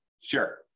Sure